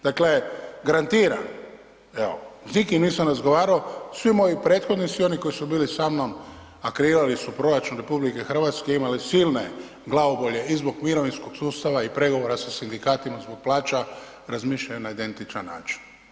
Dakle, garantiram, evo s nikim nisam razgovarao svi moji prethodnici i oni koji su bili sa mnom, a kreirali su proračun RH imali silne glavobolje i zbog mirovinskog sustava i pregovora sa sindikatima zbog plaća razmišljaju na identičan način.